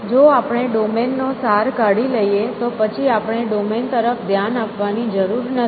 જો આપણે ડોમેન નો સાર કાઢી લઈએ તો પછી આપણે ડોમેન તરફ ધ્યાન આપવાની જરૂર નથી